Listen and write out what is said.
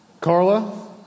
Carla